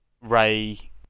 Ray